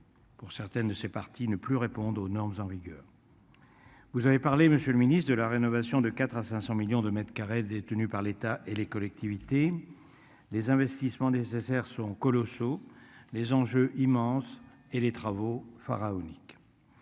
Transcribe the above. Pour certaines de ces partis ne plus répondre aux normes en vigueur. Vous avez parlé, Monsieur le ministre de la rénovation de 4 à 500 millions de mètres détenue par l'État et les collectivités. Les investissements nécessaires sont colossaux. Les enjeux immenses et les travaux pharaoniques.